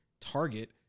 target